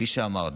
כפי שאמרת,